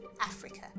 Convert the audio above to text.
Africa